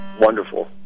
wonderful